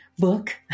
book